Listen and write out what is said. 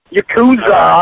Yakuza